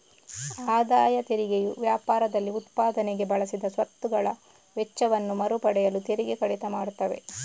ಆದಾಯ ತೆರಿಗೆಯು ವ್ಯಾಪಾರದಲ್ಲಿ ಉತ್ಪಾದನೆಗೆ ಬಳಸಿದ ಸ್ವತ್ತುಗಳ ವೆಚ್ಚವನ್ನ ಮರು ಪಡೆಯಲು ತೆರಿಗೆ ಕಡಿತ ಮಾಡ್ತವೆ